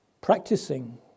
practicing